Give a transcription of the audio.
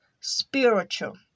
spiritual